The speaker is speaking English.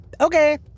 Okay